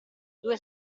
due